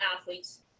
athletes